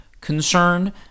concern